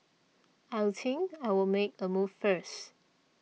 I think I'll make a move first